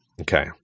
Okay